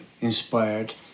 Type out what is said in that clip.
inspired